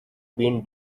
been